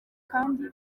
kandi